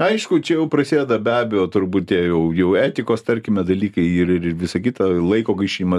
aišku čia jau prasideda be abejo turbūt tie jau jau etikos tarkime dalykai ir ir ir visa kita laiko gaišimas